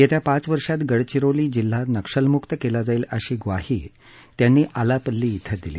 येत्या पाच वर्षात गडचिरोली जिल्हा नक्षलमुक्त केला जाईल अशी ग्वाहीही त्यांनी आलापल्ली थें दिली